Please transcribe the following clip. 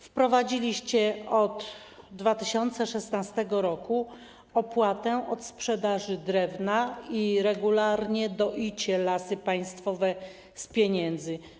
Wprowadziliście w 2016 r. opłatę za sprzedaż drewna i regularnie doicie Lasy Państwowe z pieniędzy.